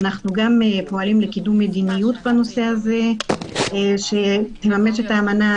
אנחנו גם פועלים לקידום מדיניות בנושא הזה שתממש את האמנה,